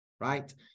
right